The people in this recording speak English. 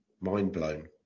mind-blown